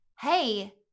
Hey